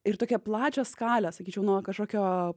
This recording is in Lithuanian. ir tokią plačią skalę sakyčiau nuo kažkokio